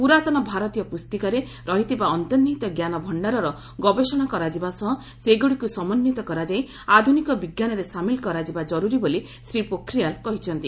ପୁରାତନ ଭାରତୀୟ ପୁସ୍ତିକାରେ ରହିଥିବା ଅନ୍ତର୍ନିହିତ ଜ୍ଞାନ ଭକ୍ଷାରର ଗବେଷଣା କରାଯିବା ସହ ସେଗୁଡ଼ିକୁ ସମନ୍ଧିତ କରାଯାଇ ଆଧୁନିକ ବିଜ୍ଞାନରେ ସାମିଲ କରାଯିବା ଜରୁରି ବୋଲି ଶ୍ରୀ ପୋଖରିଆଲ୍ କହିଛନ୍ତି